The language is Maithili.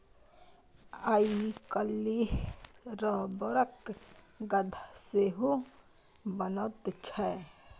आइ काल्हि रबरक गद्दा सेहो बनैत छै